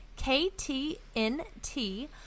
KTNT